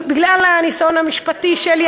בגלל הניסיון המשפטי שלי,